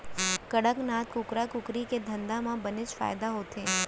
कड़कनाथ कुकरा कुकरी के धंधा म बनेच फायदा होथे